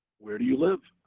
where do you live,